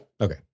Okay